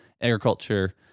agriculture